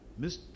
Mr